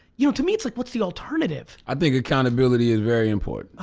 you know to me it's like what's the alternative? i think accountability is very important.